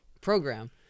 program